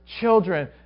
children